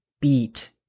beat